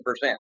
percent